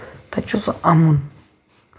تَتہِ چھُ سُہ اَمُن